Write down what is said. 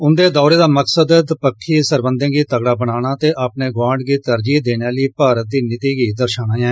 उंदे दौरे दा मकसद दपक्खी सरबंधें गी तगड़ा बनाना ते अपने गवांड गी तरजीह् देने आह्ली भारत दी नीति गी दर्शाना ऐ